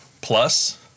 plus